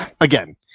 again